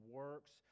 works